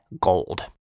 gold